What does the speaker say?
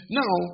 now